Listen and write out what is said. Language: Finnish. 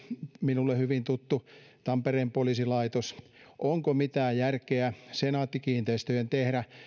minulle hyvin tuttu tampereen poliisilaitos niin onko mitään järkeä senaatti kiinteistöjen tehdä